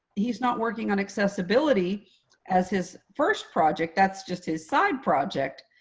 he's not working on accessibility as his first project. that's just his side project.